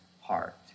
heart